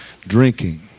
Drinking